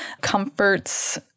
comforts